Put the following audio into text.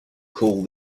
call